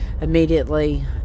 immediately